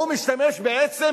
הוא משתמש בעצם